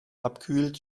abkühlt